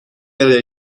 araya